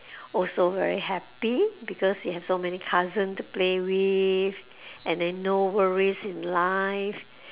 also very happy because you have so many cousin to play with and then no worries in life